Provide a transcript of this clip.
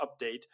update